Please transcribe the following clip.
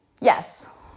yes